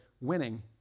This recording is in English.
winning